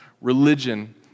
religion